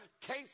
Case